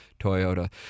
Toyota